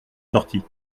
sorti